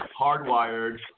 Hardwired